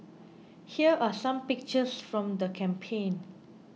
here are some pictures from the campaign